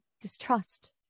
distrust